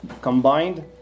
combined